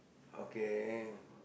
okay